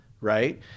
right